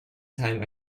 time